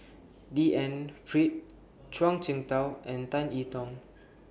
D N Pritt Zhuang Shengtao and Tan E Tong